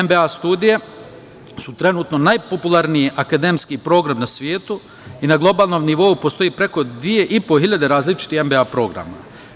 MBA studije su trenutno najpopularniji akademski program na svetu i na globalnom nivou postoji preko dve i po hiljade različitih MBA programa.